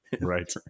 Right